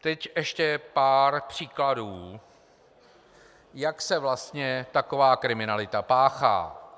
Teď ještě pár příkladů, jak se vlastně taková kriminalita páchá.